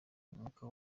umwuka